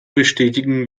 bestätigen